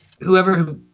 whoever